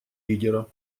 лидера